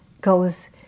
goes